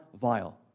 vile